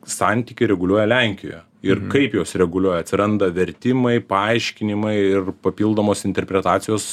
santykį reguliuoja lenkijoje ir kaip jos reguliuoja atsiranda vertimai paaiškinimai ir papildomos interpretacijos